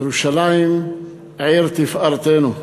ירושלים עיר תפארתנו,